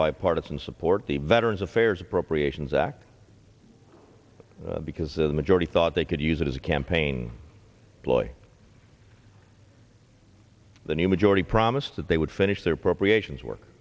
bipartisan support the veterans affairs appropriations act because of the majority thought they could use it as a campaign ploy the new majority promised that they would finish their appropriations work